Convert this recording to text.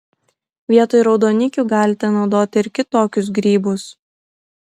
vietoj raudonikių galite naudoti ir kitokius grybus